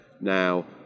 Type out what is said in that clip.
Now